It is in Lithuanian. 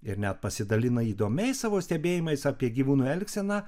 ir net pasidalina įdomiais savo stebėjimais apie gyvūnų elgseną